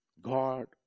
God